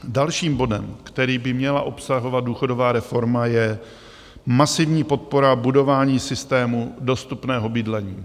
Dalším bodem, který by měla obsahovat důchodová reforma, je masivní podpora budování systému dostupného bydlení.